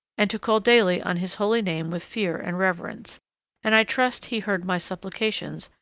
and to call daily on his holy name with fear and reverence and i trust he heard my supplications,